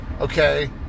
okay